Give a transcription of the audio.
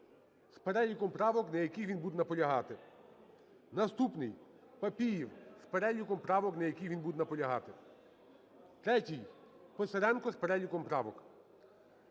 з переліком правок, на яких він буде наполягати. Наступний – Папієв, з переліком правок, на яких він буде наполягати. Третій – Писаренко, з переліком правок.